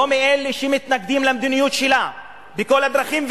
לא מאלה שמתנגדים למדיניות שלה בכל הדרכים,